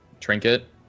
trinket